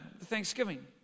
Thanksgiving